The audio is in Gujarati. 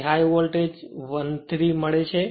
જે હાઇ વોલ્ટ 13 મળે છે